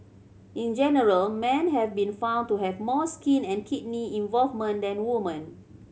in general man have been found to have more skin and kidney involvement than woman